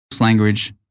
language